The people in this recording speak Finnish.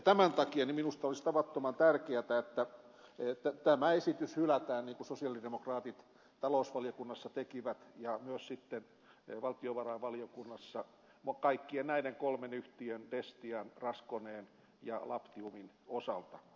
tämän takia minusta olisi tavattoman tärkeätä että tämä esitys hylätään niin kuin sosialidemokraatit talousvaliokunnassa tekivät ja myös valtiovarainvaliokunnassa kaikkien näiden kolmen yhtiön destian raskoneen ja labtiumin osalta